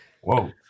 whoa